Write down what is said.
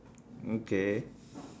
okay